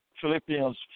Philippians